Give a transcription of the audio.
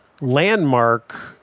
landmark